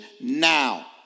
now